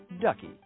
Ducky